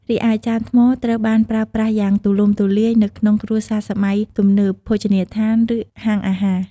រីឯចានថ្មត្រូវបានប្រើប្រាស់យ៉ាងទូលំទូលាយនៅក្នុងគ្រួសារសម័យទំនើប ភោជនីយដ្ឋាន ឬហាងអាហារ។